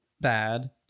bad